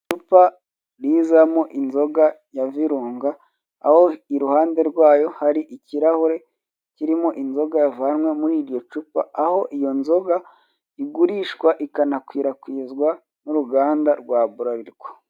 Icupa rizamo inzoga ya virunga, aho iruhande rwayo hari ikirahure kirimo inzoga yavanywe muri iryo cupa, aho iyo nzoga igurishwa ikanakwirakwizwa n'uruganda rwa buralirwa.